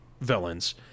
villains